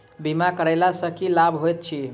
बीमा करैला सअ की लाभ होइत छी?